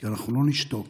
כי אנחנו לא נשתוק